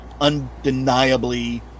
undeniably